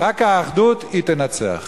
רק האחדות תנצח.